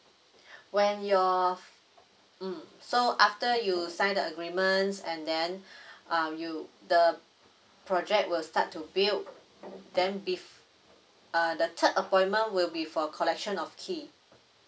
when your mm so after you sign the agreements and then um you the project will start to build then bef~ uh the third appointment will be for collection of key